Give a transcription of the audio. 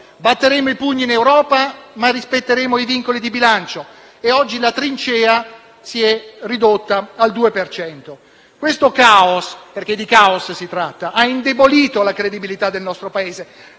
batteremo i pugni in Europa, ma rispetteremo i vincoli di bilancio e oggi la trincea si è ridotta al 2 per cento). Questo caos - perché di questo si tratta - ha indebolito la credibilità del nostro Paese,